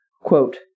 quote